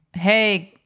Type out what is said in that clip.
hey,